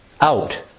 out